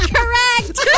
Correct